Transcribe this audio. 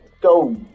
go